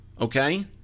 Okay